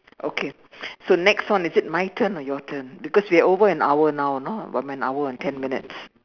okay so next one is it my turn or your turn because we are over an hour now you know about an hour and ten minutes